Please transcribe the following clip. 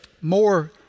more